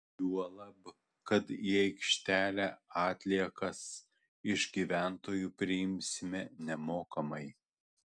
juolab kad į aikštelę atliekas iš gyventojų priimsime nemokamai